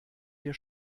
wir